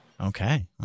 Okay